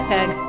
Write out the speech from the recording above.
Peg